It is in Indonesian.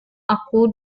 aku